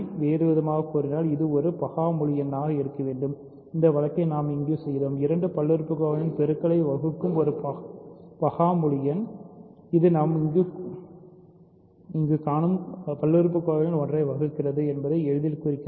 வேறுவிதமாகக் கூறினால் இது ஒரு பகா முழு எண்ணாக இருக்க வேண்டும் அந்த வழக்கை நாம் இங்கு செய்தோம் இரண்டு பல்லுறுப்புக்கோவைகளின் உற்பத்தியைப் வகுக்கும் ஒரு பகா முழு எண் இது நாம் இங்கு குடியேறிய பல்லுறுப்புக்கோவைகளில் ஒன்றைப் வகுக்கிறது என்பதை எளிதில் குறிக்கிறது